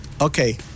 Okay